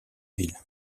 ville